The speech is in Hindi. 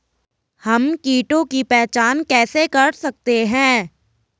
हम कीटों की पहचान कैसे कर सकते हैं?